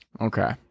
okay